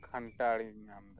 ᱠᱟᱱᱴᱷᱟᱲᱤᱧ ᱧᱟᱢ ᱮᱫᱟ